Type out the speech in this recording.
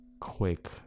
quick